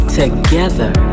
together